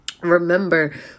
Remember